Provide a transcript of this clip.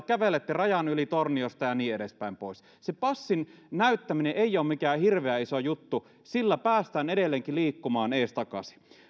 kävelette rajan yli torniosta ja niin edespäin pois se passin näyttäminen ei ole mikään hirveän iso juttu sillä päästään edelleenkin liikkumaan edestakaisin